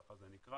כך זה נקרא,